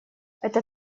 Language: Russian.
это